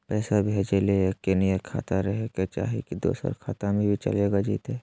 पैसा भेजे ले एके नियर खाता रहे के चाही की दोसर खाता में भी चलेगा जयते?